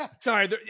Sorry